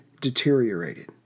deteriorated